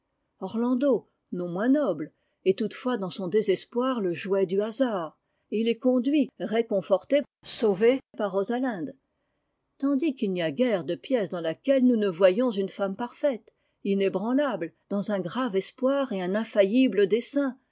orlando non moins noble est toutefois dans son désespoir le jouet du hasard et il est conduit réconforté sauvé par rosalinde tandis qu'il n'y a guère de pièce dans laquelle nous ne voyions une femme parfaite inébranlable dans un grave espoir et un infaillible dessein